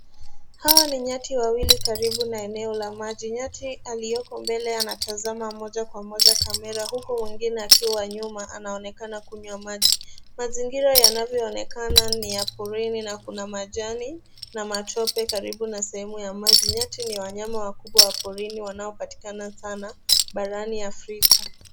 Hao ni nyati wawili karibu na eneo la maji. Nyati alioko mbele anatazama moja kwa moja kamera huku mwingine akiwa nyuma anaonekana kunywa maji. Mazingira yanavyoonekana ni ya porini na kuna majani na matope karibu na sehemu ya maji. Nyati ni wanyama wakubwa wa porini wanaopatikana sana barani Afrika.